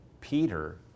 Peter